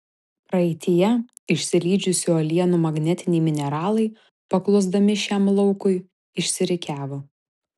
praeityje išsilydžiusių uolienų magnetiniai mineralai paklusdami šiam laukui išsirikiavo